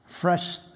fresh